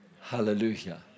Hallelujah